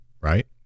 right